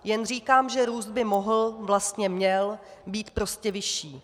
Jen říkám, že růst by mohl, vlastně měl, být prostě vyšší.